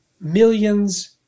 millions